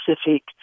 specific